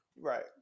Right